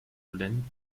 lend